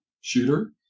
shooter